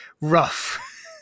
Rough